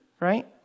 right